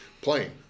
playing